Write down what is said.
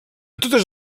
totes